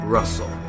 Russell